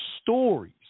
stories